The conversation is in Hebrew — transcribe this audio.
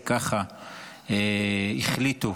כי ככה החליטו